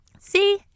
see